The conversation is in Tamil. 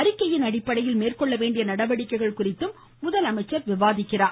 அறிக்கை அடிப்படையில் மேற்கொள்ள வேண்டிய நடவடிக்கைகள் குறித்தும் முதலமைச்சர் விவாதிக்க உள்ளார்